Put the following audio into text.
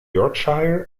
yorkshire